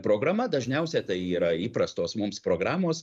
programa dažniausia tai yra įprastos mums programos